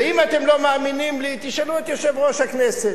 ואם אתם לא מאמינים לי, תשאלו את יושב-ראש הכנסת,